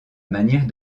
manière